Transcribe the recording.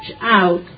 out